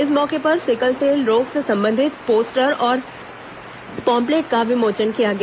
इस मौके पर सिकलसेल रोग से संबंधित पोस्टर और पॅम्फलेट का विमोचन किया गया